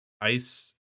Ice